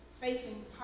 facing